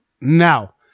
now